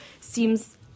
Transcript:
seems